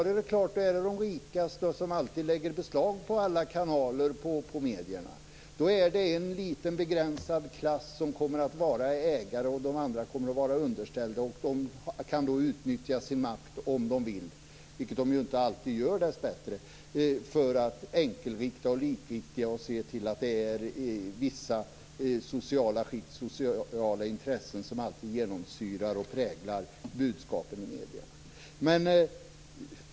Då är det de rikaste som alltid lägger beslag på alla kanaler. Det är en liten begränsad klass som kommer att vara ägare, och de andra kommer att vara underställda. De kan utnyttja sin makt om de vill, vilket de dessbättre inte alltid gör, för att enkelrikta och likrikta och se till att det är vissa sociala intressen som genomsyrar och präglar budskapen i medierna.